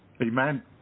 Amen